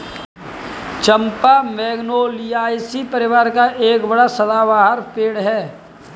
चंपा Magnoliaceae परिवार का एक बड़ा सदाबहार पेड़ है